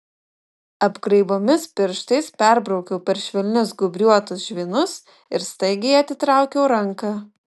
apgraibomis pirštais perbraukiau per švelnius gūbriuotus žvynus ir staigiai atitraukiau ranką